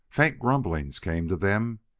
faint grumblings came to them,